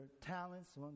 talents